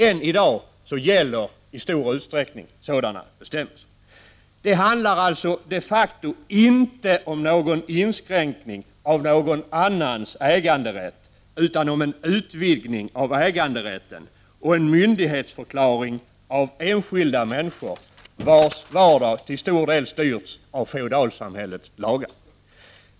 Än i dag gäller i stor utsträckning sådana bestämmelser. Det handlar alltså de facto inte om någon inskränkning av någon annans äganderätt, utan om en utvidgning av äganderätten och en myndighetsförklaring av enskilda människor, vilkas vardag till stor del har styrts av feodalsamhällets lagar.